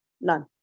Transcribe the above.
None